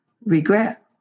regret